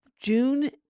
June